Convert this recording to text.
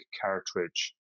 cartridge